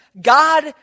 God